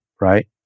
right